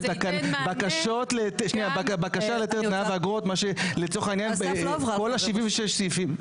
בקשה להיתר בניה ואגרות מה שלצורך העניין כל ה-76 סעיפים.